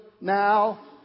now